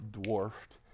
dwarfed